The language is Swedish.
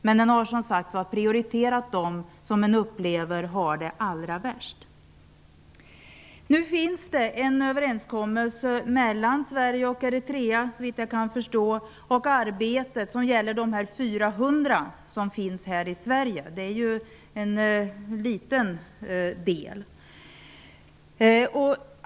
Men man har som sagt var prioriterat dem som man upplever har det allra värst. Det finns en överenskommelse mellan Sverige och Eritrea, såvitt jag kan förstå, som gäller de 400 som finns här i Sverige. Det är en liten del.